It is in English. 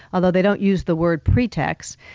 although they don't use the word pretext,